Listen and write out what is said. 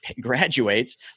graduates